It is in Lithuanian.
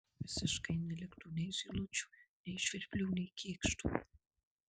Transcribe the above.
visiškai neliktų nei zylučių nei žvirblių nei kėkštų